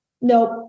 nope